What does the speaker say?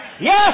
Yes